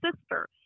sister